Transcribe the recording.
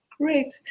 great